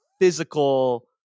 physical